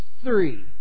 three